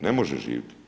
Ne može živjeti.